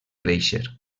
créixer